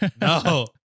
No